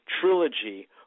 trilogy